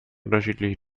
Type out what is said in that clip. unterschiedliche